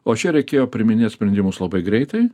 o čia reikėjo priiminėt sprendimus labai greitai